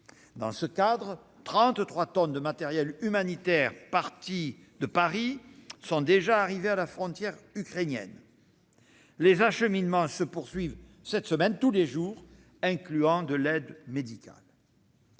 dans ce cadre, 33 tonnes de matériel humanitaire parties de Paris sont déjà arrivées à la frontière ukrainienne. Les acheminements se poursuivent cette semaine, incluant de l'aide médicale